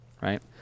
right